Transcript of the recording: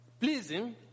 pleasing